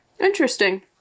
interesting